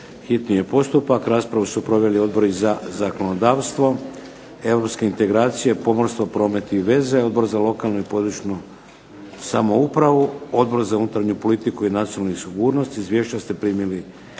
P.Z.E. br. 639. Raspravu su proveli Odbori za zakonodavstvo, europske integracije, pomorstvo, promet i veze, Odbor za lokalnu i područnu samoupravu, Odbor za unutarnju politiku i nacionalnu sigurnost. Izvješća ste primili